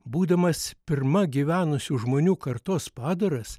būdamas pirma gyvenusių žmonių kartos padaras